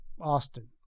Austin